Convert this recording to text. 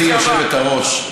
גברתי היושבת-ראש,